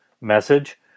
message